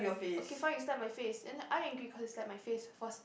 okay fine you slap my face and I angry cause you slap my face first